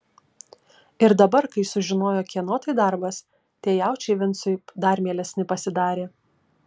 ir dabar kai sužinojo kieno tai darbas tie jaučiai vincui dar mielesni pasidarė